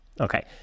Okay